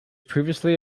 previously